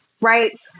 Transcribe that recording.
right